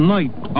Night